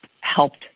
helped